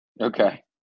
Okay